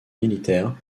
militaires